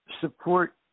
support